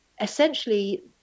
essentially